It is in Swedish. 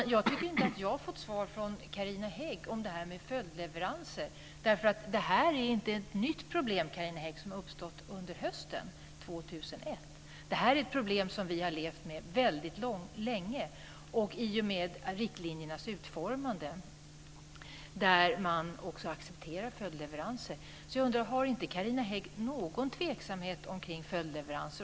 Men jag tycker inte att jag har fått svar från Carina Hägg om detta med följdleveranser. Det är inte ett nytt problem som har uppstått under hösten 2001. Det här problemet har vi levt med väldigt länge i och med riktlinjernas utformning där man accepterar följdleveranser. Jag undrar: Känner Carina Hägg inte någon tveksamhet inför följdleveranser?